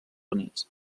units